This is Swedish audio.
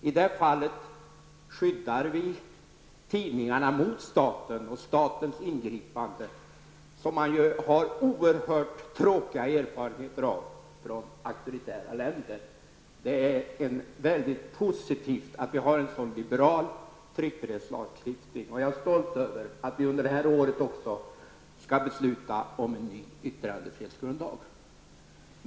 I det fallet skyddar vi tidningarna mot staten och statens ingripanden, något som man har oerhört tråkiga erfarenheter av i auktoritära länder. Det är mycket positivt att vi har en så liberal tryckfrihetslagstiftning. Jag är stolt över att vi detta år också skall besluta om en ny yttrandefrihetsgrundlag.